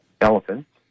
elephants